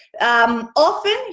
Often